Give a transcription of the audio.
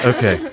Okay